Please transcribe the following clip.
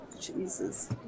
Jesus